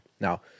Now